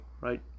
right